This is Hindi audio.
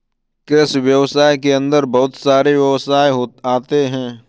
कृषि व्यवसाय के अंदर बहुत सारे व्यवसाय आते है